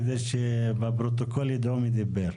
כדי שבפרוטוקול ידעו מי דיבר.